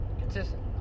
Consistent